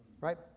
right